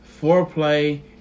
foreplay